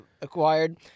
acquired